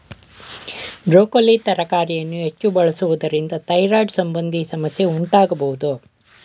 broccoli ತರಕಾರಿಯನ್ನು ಹೆಚ್ಚು ಬಳಸುವುದರಿಂದ ಥೈರಾಯ್ಡ್ ಸಂಬಂಧಿ ಸಮಸ್ಯೆ ಉಂಟಾಗಬೋದು